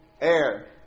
Air